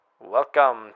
Welcome